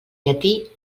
llatí